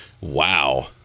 Wow